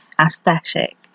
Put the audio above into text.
aesthetic